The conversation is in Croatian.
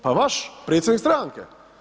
Pa vaš predsjednik stranke.